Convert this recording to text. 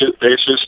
basis